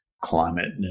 climate